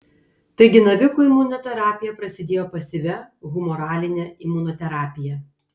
taigi navikų imunoterapija prasidėjo pasyvia humoraline imunoterapija